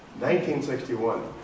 1961